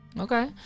Okay